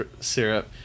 syrup